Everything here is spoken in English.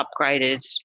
upgraded